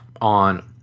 on